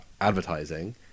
advertising